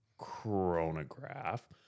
chronograph